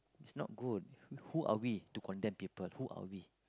it's not good who are we to condemn people who are we